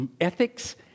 ethics